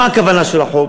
מה הכוונה של החוק?